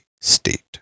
state